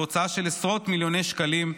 בהוצאה של עשרות מיליוני שקלים,